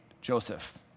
Joseph